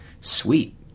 sweet